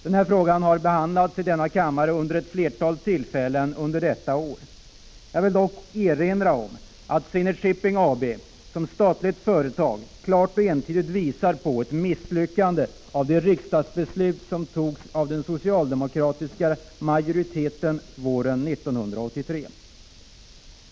Den frågan har behandlats i denna kammare vid ett flertal tillfällen under året. Jag vill erinra om att utvecklingen inom Zenit Shipping AB som statligt företag klart och entydigt visar att det riksdagsbeslut som den socialdemokratiska majoriteten fattade våren 1983 var misslyckat.